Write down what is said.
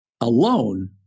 alone